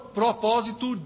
propósito